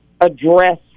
address